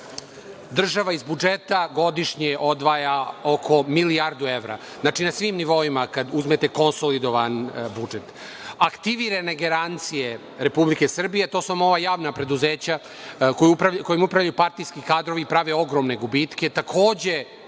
države iz budžeta godišnje odvaja oko milijardu evra. Znači na svim nivoima kad uzmete konsolidovan budžet, aktivirane garancije Republike Srbije, to su vam ova javna preduzeća kojim upravljaju partijski kadrovi, prave ogromne gubitke,